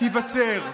תיווצר.